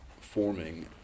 forming